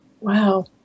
wow